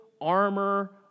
armor